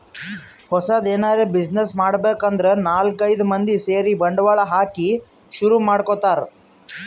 ಹೊಸದ್ ಎನರೆ ಬ್ಯುಸಿನೆಸ್ ಮಾಡ್ಬೇಕ್ ಅಂದ್ರ ನಾಲ್ಕ್ ಐದ್ ಮಂದಿ ಸೇರಿ ಬಂಡವಾಳ ಹಾಕಿ ಶುರು ಮಾಡ್ಕೊತಾರ್